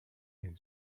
and